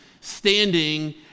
standing